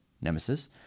nemesis